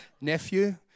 Nephew